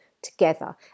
together